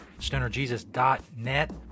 stonerjesus.net